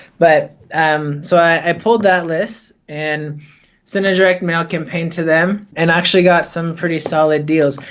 but um so i pulled that list and sent a direct-mail campaign to them and actually got some pretty solid deals.